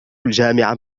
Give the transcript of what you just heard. الجامعة